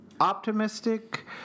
optimistic